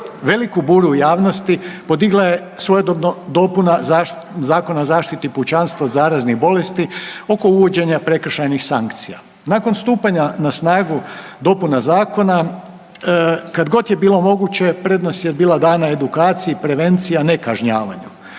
Veliku buru u javnosti podigla je svojedobno dopuna Zakona o zaštiti pučanstva od zaraznih bolesti oko uvođenja prekršajnih sankcija. Nakon stupanja na snagu dopuna zakona, kad god je bilo moguće, prednost je bila dana edukaciji, prevenciji, a ne kažnjavanju.